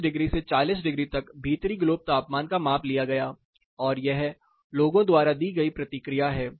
25 degree से 40 degree तक भीतरी ग्लोब तापमान का माप लिया गया और यह लोगों द्वारा दी गई प्रतिक्रिया है